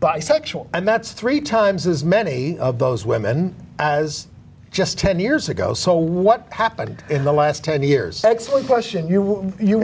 bisexual and that's three times as many of those women as just ten years ago so what happened in the last ten years excellent question you